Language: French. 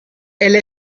elle